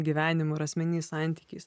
gyvenimu ar asmeniniais santykiais